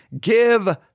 give